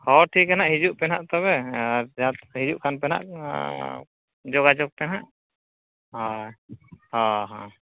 ᱦᱚᱭ ᱴᱷᱤᱠᱜᱮ ᱱᱟᱦᱟᱜ ᱦᱤᱡᱩᱜᱯᱮ ᱱᱟᱦᱟᱜ ᱛᱚᱵᱮ ᱟᱨ ᱡᱟᱦᱟᱸᱛᱤᱥᱯᱮ ᱦᱤᱡᱩᱜ ᱠᱷᱟᱱᱯᱮ ᱱᱟᱦᱟᱜ ᱡᱳᱜᱟᱡᱳᱜᱽᱯᱮ ᱦᱟᱜ ᱦᱚᱭ ᱦᱮᱸ ᱦᱮᱸ